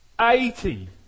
Eighty